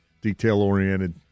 detail-oriented